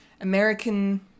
American